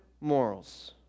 morals